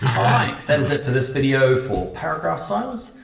all right, that is it for this video for paragraphs styles.